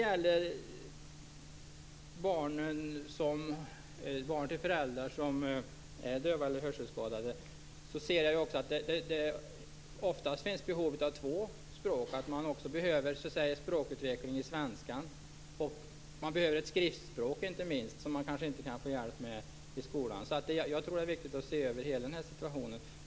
För barn till döva och hörselskadade finns ofta behov av stöd i två språk. De behöver ju också utveckla svenskan, och inte minst behöver de ett skriftspråk - något som skolan kanske inte hjälper till med. Jag tror därför att det är viktigt att se över hela situationen.